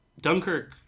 Dunkirk